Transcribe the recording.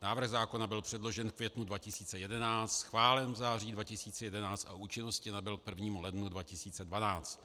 Návrh zákona byl předložen v květnu 2011, schválen v září 2011 a účinnosti nabyl k 1. lednu 2012.